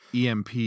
EMP